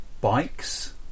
bikes